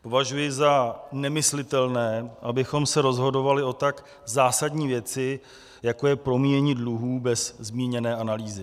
Považuji za nemyslitelné, abychom se rozhodovali o tak zásadní věci, jako je promíjení dluhů, bez zmíněné analýzy.